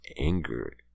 anger